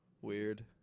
Weird